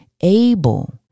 able